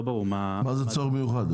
מה זה צורך מיוחד?